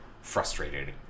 frustrated